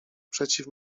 przeciw